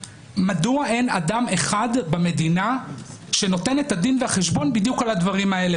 מדוע אין אדם אחד במדינה שנותן את הדין והחשבון בדיוק על הדברים האלה?